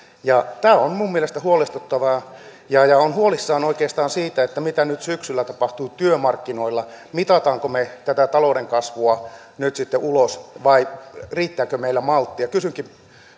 tämä on minun mielestäni huolestuttavaa ja ja olen huolissani oikeastaan siitä mitä nyt syksyllä tapahtuu työmarkkinoilla mittaammeko me tätä talouden kasvua nyt sitten ulos vai riittääkö meillä malttia kysynkin